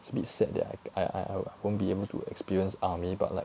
it's a bit sad that I I I won't be able to experience army but like